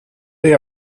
they